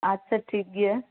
ᱟᱪᱪᱷᱟ ᱴᱷᱤᱠ ᱜᱮᱭᱟ